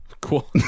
Cool